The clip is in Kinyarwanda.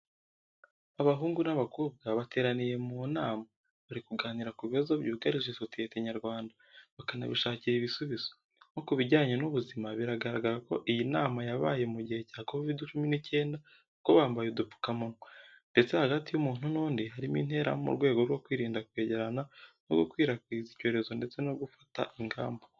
Abahungu n'abakobwa bateraniye mu nama bari kuganira ku bibazo byugarije sosiyete nyarwanda, bakanabishakira ibisubizo nko mubijyanye n'ubuzima biragaragara ko iyi nama yabaye mu gihe cya kovidi cumi n'icyenda kuko bambaye udupfuka munwa. Ndetse hagati y'umuntu n'undi harimo intera mu rwego rwo kwirinda kwegerana no gukwirakwiza icyorezo ndetse no gufata ingamba.